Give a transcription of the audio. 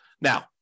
Now